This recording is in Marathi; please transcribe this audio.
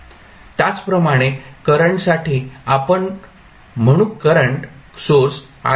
त्याचप्रमाणे करंटसाठी आपण म्हणू करंट सोर्सआहे